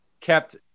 kept